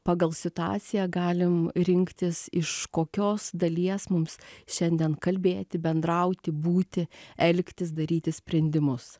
pagal situaciją galim rinktis iš kokios dalies mums šiandien kalbėti bendrauti būti elgtis daryti sprendimus